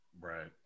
Right